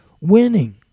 winning